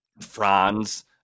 Franz